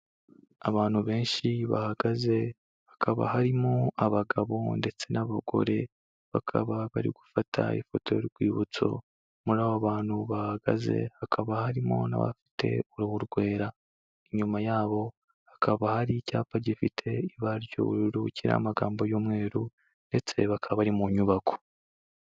Abantu benshi bahagaze, hakaba harimo abagabo, ndetse n'abagore, bakaba bari gufata ifoto y'urwibutso, muri abo bantu bahagaze hakaba harimo n'abafite uruhu rwera, inyuma yabo hakaba hari icyapa gifite ibara ry'ubururu, kiriho amagambo y'umweru, ndetse bakaba bari mu nyubako.